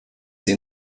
sie